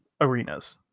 arenas